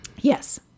Yes